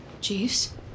Jeeves